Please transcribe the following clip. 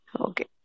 Okay